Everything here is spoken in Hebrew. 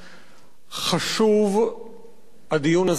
הדיון הזה חשוב,